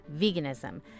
veganism